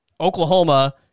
Oklahoma